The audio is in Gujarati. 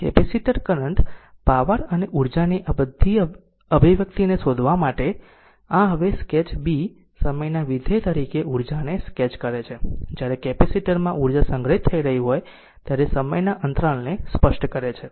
તેથી કેપેસિટર કરંટ પાવર અને ઉર્જા ની આ બધા અભિવ્યક્તિને શોધવા માટે આ હવે એ સ્કેચ b સમયના વિધેય તરીકે ઊર્જાને સ્કેચ કરે છે જ્યારે કેપેસિટર માં ઉર્જા સંગ્રહિત થઈ રહી હોય ત્યારે સમયના અંતરાલને સ્પષ્ટ કરે છે